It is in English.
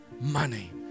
money